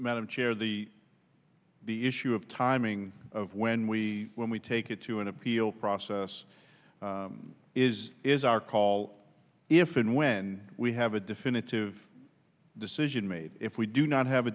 madam chair the the issue of timing of when we when we take it to an appeal process is is our call if and when we have a definitive decision made if we do not have a